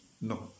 No